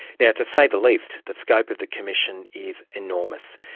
now, to say the least, the scope of the commission is enormous.